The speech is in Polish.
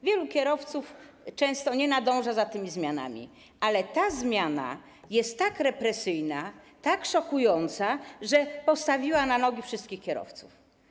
Wielu kierowców często nie nadąża za tymi zmianami, ale ta zmiana jest tak represyjna, tak szokująca, że postawiła na nogi wszystkich kierowców.